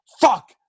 fuck